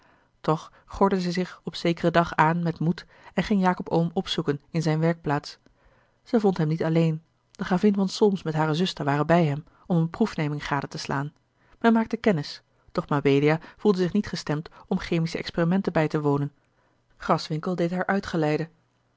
toch gordde zij zich op zekeren dag aan met moed en ging jacob oom opzoeken in zijne werkplaats zij vond hem niet alleen de gravin van solms met hare zuster waren bij hem om eene proefneming gade te slaan men maakte kennis doch mabelia voelde zich niet gestemd om chemische experimenten bij te wonen graswinckel deed haar uitgeleide